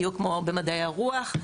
בדיוק כמו במדעי הרוח.